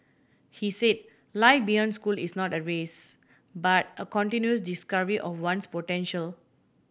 he say life beyond school is not a race but a continuous discovery of one's potential